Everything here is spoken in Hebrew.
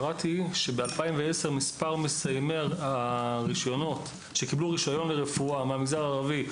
קראתי בדוח שמספר מקבלי הרישיונות לרפואה מהמגזר הערבי